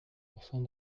pourcent